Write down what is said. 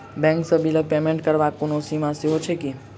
Bank सँ बिलक payment करबाक कोनो सीमा सेहो छैक की?